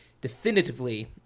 definitively